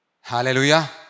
Hallelujah